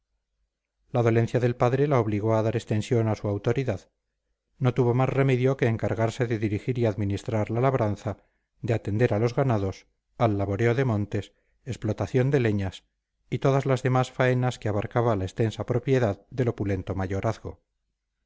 la dolencia del padre la obligó a dar extensión a su autoridad no tuvo más remedio que encargarse de dirigir y administrar la labranza de atender a los ganados al laboreo de montes explotación de leñas y todas las demás faenas que abarcaba la extensa propiedad del opulento mayorazgo